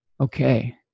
okay